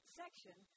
section